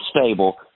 stable